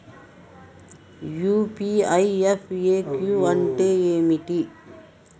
UPI FAQ అంటే ఏమిటి?